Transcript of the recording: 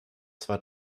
zwar